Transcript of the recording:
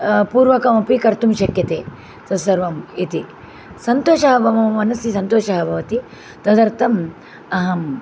पूर्वकमपि कर्तुं शक्यते तत्सर्वम् इति सन्तोषः मम मनसि सन्तोषः भवति तदर्थम् अहं